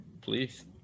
Please